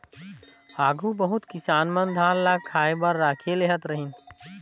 आघु बहुत किसान मन धान ल खाए बर राखिए लेहत रहिन